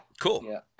Cool